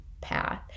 path